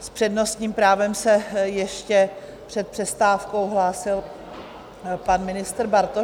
S přednostním právem se ještě před přestávkou hlásil pan ministr Bartoš?